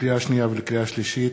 לקריאה שנייה ולקריאה שלישית: